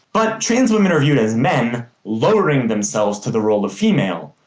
but trans women are viewed as men lowering themselves to the role of female.